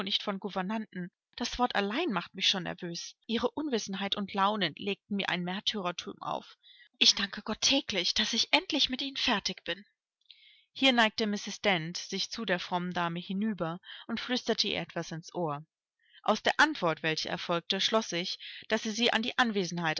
von gouvernanten das wort allein macht mich schon nervös ihre unwissenheit und launen legten mir ein märtyrertum auf ich danke gott täglich daß ich endlich mit ihnen fertig bin hier neigte mrs dent sich zu der frommen dame hinüber und flüsterte ihr etwas ins ohr aus der antwort welche erfolgte schloß ich daß sie sie an die anwesenheit